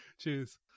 cheers